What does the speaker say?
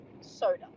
soda